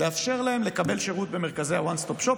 לקבל שירות במרכזי ה-one stop shop,